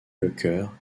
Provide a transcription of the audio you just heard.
lecœur